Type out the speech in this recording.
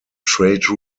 trade